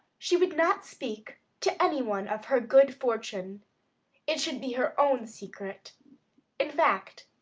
she would not speak to any one of her good fortune it should be her own secret in fact,